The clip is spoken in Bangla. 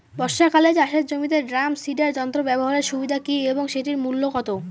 বর্ষাকালে চাষের জমিতে ড্রাম সিডার যন্ত্র ব্যবহারের সুবিধা কী এবং সেটির মূল্য কত?